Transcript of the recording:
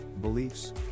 beliefs